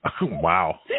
Wow